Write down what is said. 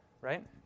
Right